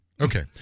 okay